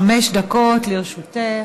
חמש דקות לרשותך.